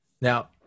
Now